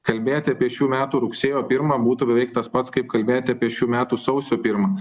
kalbėti apie šių metų rugsėjo pirmą būtų beveik tas pats kaip kalbėti apie šių metų sausio pirmą